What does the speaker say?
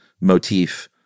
motif